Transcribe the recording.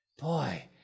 Boy